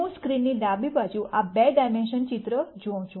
હું સ્ક્રીનની ડાબી બાજુ આ 2 ડાયમેન્શનલ ચિત્ર જોઉં છું